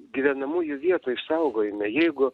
gyvenamųjų vietų išsaugojime jeigu